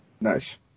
Nice